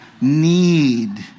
need